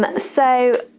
um so,